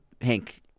Hank